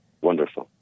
Wonderful